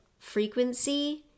frequency